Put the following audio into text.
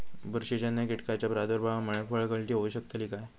बुरशीजन्य कीटकाच्या प्रादुर्भावामूळे फळगळती होऊ शकतली काय?